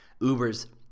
Uber's